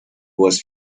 was